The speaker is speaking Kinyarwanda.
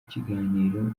kiganiro